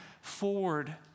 forward